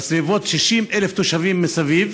ובסביבות 60,000 תושבים מסביב,